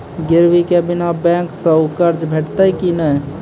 गिरवी के बिना बैंक सऽ कर्ज भेटतै की नै?